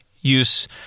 use